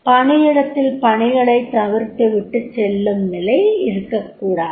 பணியிடத்தில் பணிகளைத் தவிர்த்துவிட்டுசெல்லும் நிலை இருக்கக் கூடாது